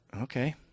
Okay